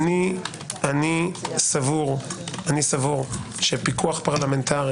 אני סביר שפיקוח פרלמנטרי